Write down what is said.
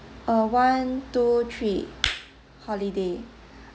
uh one two three holiday